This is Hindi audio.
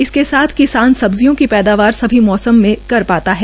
इसके साथ किसान सब्जियों की पैदावार सभी मौसम में भी कर पाते हैं